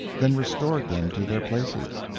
then restored them to their places.